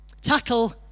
tackle